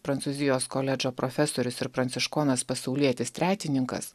prancūzijos koledžo profesorius ir pranciškonas pasaulietis tretininkas